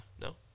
No